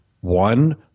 One